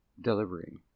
delivery